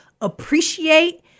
appreciate